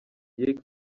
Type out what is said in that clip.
ykee